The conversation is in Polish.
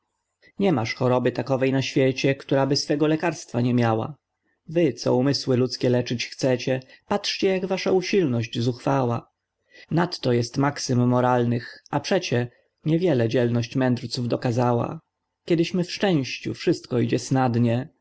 nie masz choroby takowej na świecie któraby swego lekarstwa nie miała wy co umysły ludzkie leczyć chcecie patrzcie jak wasza usilność zuchwała nadto jest maxym moralnych a przecie nie wiele dzielność mędrców dokazała kiedyśmy w szczęściu wszystko idzie snadnie w